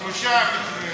טוב, זו כנסת חדשה, מרגי.